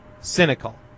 cynical